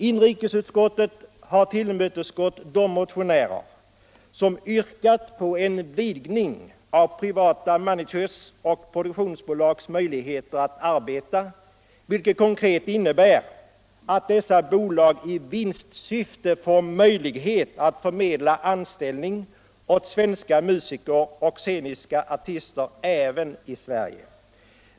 Inrikesutskottet har tillmötesgått de motionärer som yrkat på en vidgning av privata managers och produktionsbolags möjligheter att arbeta, vilket konkret innebär att dessa bolag i vinstsyfte får möjlighet att förmedla anställning åt svenska musiker och sceniska artister även i Sverige.